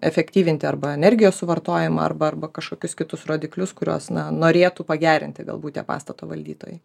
efektyvinti arba energijos suvartojimą arba arba kažkokius kitus rodiklius kuriuos norėtų pagerinti galbūt tie pastato valdytojai